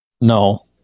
No